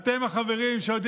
אתם החברים שיש